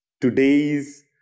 today's